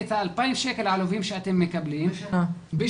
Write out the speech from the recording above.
את ה-2,000 שקל העלובים שאתם מקבלים בשנה.